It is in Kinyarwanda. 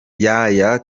yaya